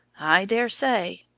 i daresay.